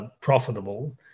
profitable